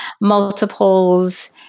Multiples